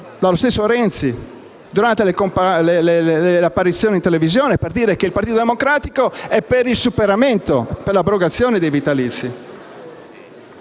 dallo stesso Renzi durante le apparizioni televisive per dire che il Partito Democratico è per il superamento, per l'abrogazione. Arriviamo